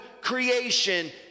creation